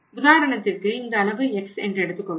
உதாரணத்திற்கு இந்த அளவு X எடுத்துக் கொள்வோம்